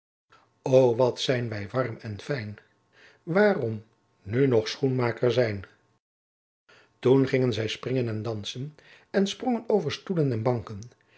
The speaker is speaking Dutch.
o wat zijn wij warm en fijn waarom nu nog schoenmaker zijn toen gingen zij springen en dansen en sprongen over stoelen en banken